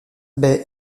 bay